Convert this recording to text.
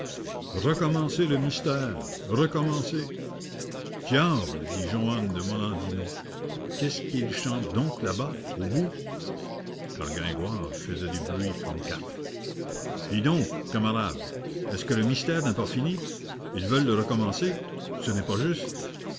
recommencez le mystère recommencez diable dit joannes de molendino qu'est-ce qu'ils chantent donc là-bas au bout car gringoire faisait du bruit comme quatre dites donc camarades est-ce que le mystère n'est pas fini ils veulent le recommencer ce n'est pas juste